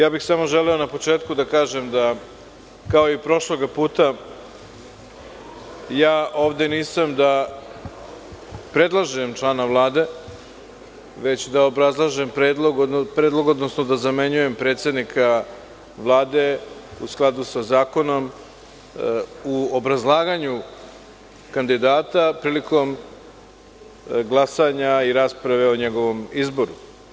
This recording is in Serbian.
Na početku bih želeo da kažem da, kao i prošlog puta, ja ovde nisam da predlažem člana Vlade, već da obrazlažem predlog, odnosno da zamenjujem predsednika Vlade, u skladu sa zakonom, u obrazlaganju kandidata prilikom glasanja i rasprave o njegovom izboru.